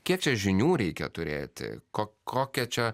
kiek čia žinių reikia turėti ko kokia čia